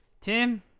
Tim